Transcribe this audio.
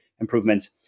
improvements